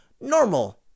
normal